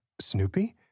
Snoopy